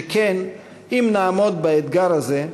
שכן אם נעמוד באתגר הזה,